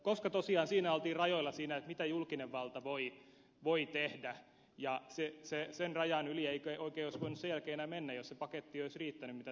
koska tosiaan siinä oltiin rajoilla siinä mitä julkinen valta voi tehdä ja sen rajan yli ei oikein olisi voinut sen jälkeen enää mennä jos se paketti ei olisi riittänyt mitä tehtiin